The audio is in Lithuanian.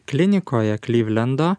klinikoje klivlendo